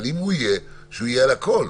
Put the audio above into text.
אם הוא יהיה, שיהיה על הכול.